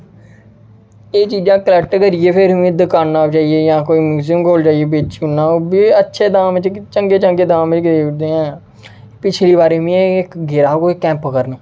एह् चीजां कलेक्ट करियै फिर में दकानां र जाइयै जां कोई म्यूजियम जाइयै बेची ओड़ना ओ बी अच्छे दाम च चंगे चंगे दाम च देई ओड़दे हा पिच्छली बारी मे इक गेदा हा कुतै कोई कैम्प करन